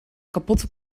kapotte